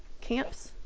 camps